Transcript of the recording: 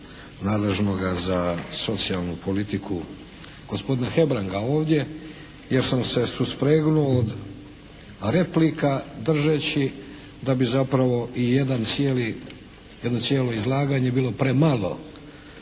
nadležnoga za socijalnu politiku, gospodina Hebranga ovdje jer sam se suspregnuo od replika držeći da bi zapravo i jedan cijeli, jedno cijelo izlaganje bilo premalo